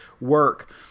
work